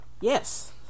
Yes